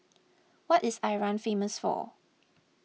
what is Iran famous for